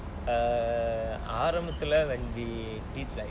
err ஆரம்பதுல:aarambathula when we did like